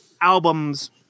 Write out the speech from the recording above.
albums